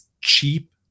cheap